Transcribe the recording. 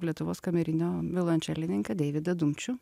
lietuvos kamerinio violončelininką deividą dumčių